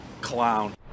Clown